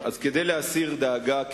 אירופה,